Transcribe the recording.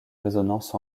résonance